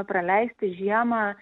praleisti žiemą